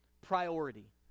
Priority